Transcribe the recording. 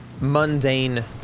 mundane